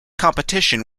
competition